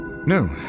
No